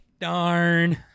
Darn